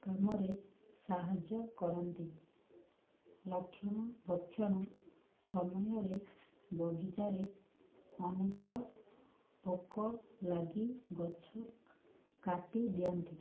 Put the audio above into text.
କାମରେ ସାହାଯ୍ୟ କରନ୍ତି ଲକ୍ଷଣ ବକ୍ଷଣ ସମୟରେ ବଗିଚାରେ ଅନେକ ପୋକ ଲାଗି ଗଛ କାଟି ଦିଅନ୍ତି